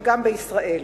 וגם בישראל.